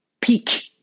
peak